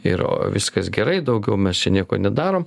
ir viskas gerai daugiau mes čia nieko nedarom